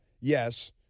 yes